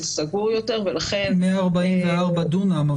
זה סגור יותר ולכן --- 144 דונם,